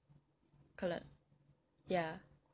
kalau ya